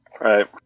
Right